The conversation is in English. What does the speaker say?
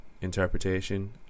interpretation